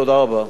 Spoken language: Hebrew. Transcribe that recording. תודה רבה.